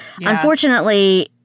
Unfortunately